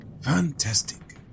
fantastic